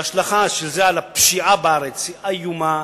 וההשלכה של זה על הפשיעה בארץ היא איומה.